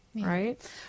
Right